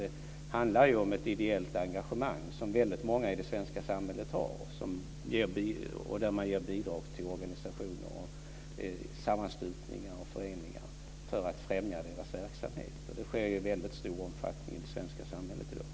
Det handlar ju om ett ideellt engagemang, som många i det svenska samhället har och där man ger bidrag till organisationer, sammanslutningar och föreningar för att främja deras verksamhet. Det sker i väldigt stor omfattning i det svenska samhället i dag.